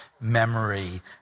memory